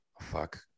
Fuck